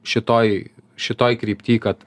šitoj šitoj krypty kad